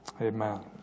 Amen